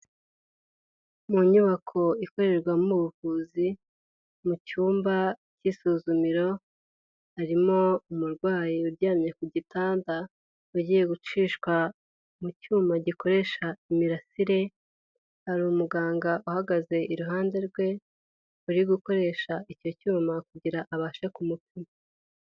Mu nyubako ikorerwamo ubuvuzi, mu cyumba cy'isuzumiro, harimo umurwayi uryamye ku gitanda, ugiye gucishwa mu cyuma gikoresha imirasire, hari umuganga uhagaze iruhande rwe, uri gukoresha icyo cyuma kugira abashe kumupima.